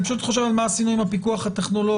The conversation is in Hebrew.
פשוט חושב על מה עשינו עם הפיקוח הטכנולוגי?